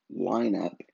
lineup